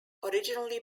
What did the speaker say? originally